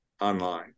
online